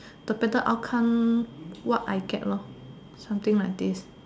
the better outcome what I get something like this